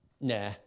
nah